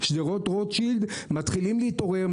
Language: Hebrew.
שדרות רוטשילד מתחילות להתעורר,